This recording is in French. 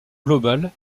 globale